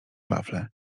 wafle